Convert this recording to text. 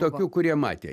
tokių kurie matė